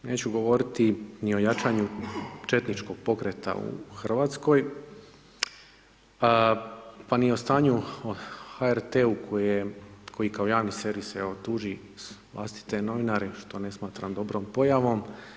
Neću govoriti ni o jačanju četničkog pokreta u Hrvatskoj pa ni o stanju u HRT-u koji kao javni servis evo tuži vlastite novinare, što ne smatram dobrom pojavom.